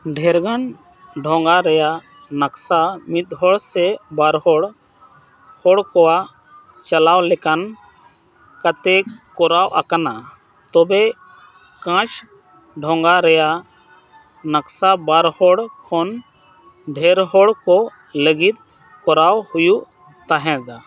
ᱰᱷᱮᱨ ᱜᱟᱱ ᱰᱷᱚᱸᱜᱟ ᱨᱮᱭᱟᱜ ᱱᱚᱠᱥᱟ ᱢᱤᱫ ᱦᱚᱲ ᱥᱮ ᱵᱟᱨ ᱦᱚᱲ ᱦᱚᱲ ᱠᱚᱣᱟᱜ ᱪᱟᱞᱟᱣ ᱞᱮᱠᱟᱱ ᱠᱟᱛᱮᱫ ᱠᱚᱨᱟᱣ ᱟᱠᱟᱱᱟ ᱛᱚᱵᱮ ᱠᱟᱸᱪ ᱰᱷᱚᱸᱜᱟ ᱨᱮᱭᱟᱜ ᱱᱚᱠᱥᱟ ᱵᱟᱨ ᱦᱚᱲ ᱠᱷᱚᱱ ᱰᱷᱮᱨ ᱦᱚᱲ ᱠᱚ ᱞᱟᱹᱜᱤᱫ ᱠᱚᱨᱟᱣ ᱦᱩᱭᱩᱜ ᱛᱟᱦᱮᱸᱫᱼᱟ